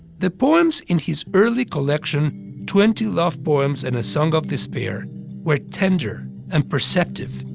the poems in his early collection twenty love poems and a song of despair were tender and perceptive,